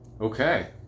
Okay